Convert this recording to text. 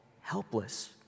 helpless